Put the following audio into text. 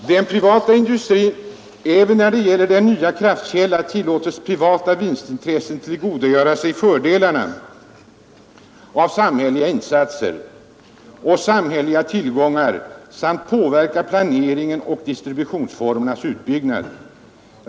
Vidare skrev vi i vår motion: ”Även när det gäller denna nya kraftkälla tillåtes privata vinstintressen tillgodogöra sig fördelarna av samhälleliga insatser och samhälleliga tillgångar samt påverka planeringen och distributionsformernas uppbyggnad.